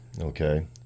Okay